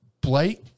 Blake